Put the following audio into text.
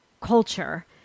culture